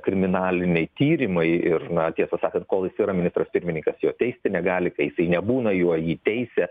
kriminaliniai tyrimai ir na tiesą sakant kol jis yra ministras pirmininkas jo teisti negali kai jisai nebūna juo jį teisia